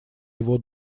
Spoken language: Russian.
его